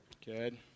Good